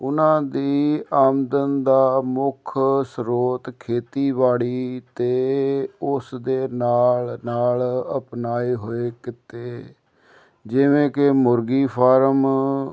ਉਨ੍ਹਾਂ ਦੀ ਆਮਦਨ ਦਾ ਮੁੱਖ ਸਰੋਤ ਖੇਤੀਬਾੜੀ ਅਤੇ ਉਸ ਦੇ ਨਾਲ ਨਾਲ ਅਪਣਾਏ ਹੋਏ ਕਿੱਤੇ ਜਿਵੇਂ ਕਿ ਮੁਰਗੀ ਫਾਰਮ